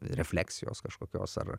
refleksijos kažkokios ar